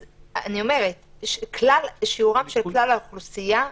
אני אומרת: השיעור של כלל האוכלוסייה ירד.